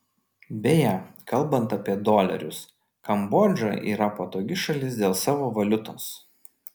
beje kalbant apie dolerius kambodža yra patogi šalis dėl savo valiutos